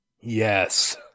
Yes